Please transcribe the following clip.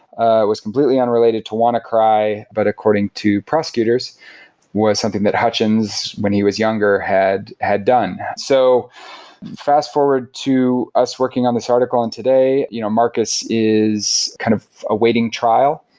ah was completely unrelated to wannacry, but according to prosecutors was something that hutchins when he was younger had had done so fast forward to us working on this article and today you know marcus is kind of awaiting trial,